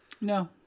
No